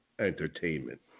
Entertainment